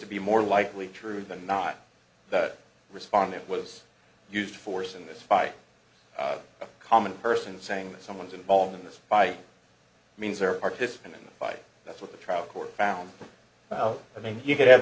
to be more likely true than not that respondent was used force in this fight a common person saying that someone is involved in this by means or a participant in the fight that's what the trial court found out i mean you could have